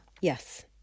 yes